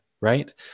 right